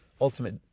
ultimate